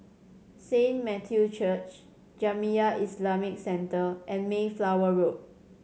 Saint Matthew's Church Jamiyah Islamic Centre and Mayflower Road